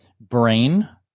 brain